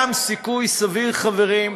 יש סיכוי סביר, חברים,